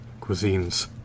cuisines